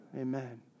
Amen